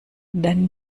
dann